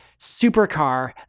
supercar